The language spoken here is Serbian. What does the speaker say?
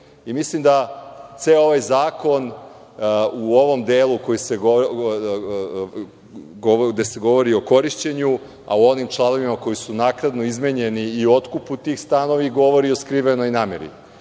stana? Mislim da ceo ovaj zakon u ovom delu gde se govori o korišćenju, a u onim članovima koji su naknadno izmenjeni i otkupu tih stanova i govori o skrivenoj nameri